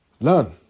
Learn